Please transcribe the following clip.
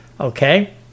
Okay